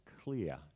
clear